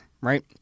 right